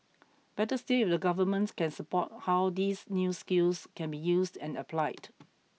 better still if the government can support how these new skills can be used and applied